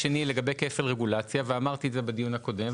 לגבי כפל רגולציה אמרתי את זה גם בדיון הקודם,